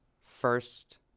first